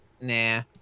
Nah